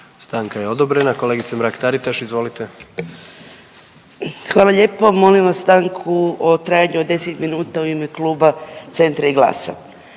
Stanka je odobrena. Kolegice Mrak Taritaš, izvolite. **Mrak-Taritaš, Anka (GLAS)** Hvala lijepo. Molim vas stanku u trajanju od 10 minuta u ime kluba Centra i GLAS-a.